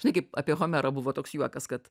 žinai kaip apie homerą buvo toks juokas kad